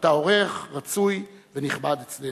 אתה אורח רצוי ונכבד אצלנו.